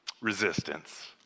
resistance